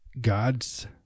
God's